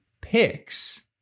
picks